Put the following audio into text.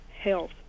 health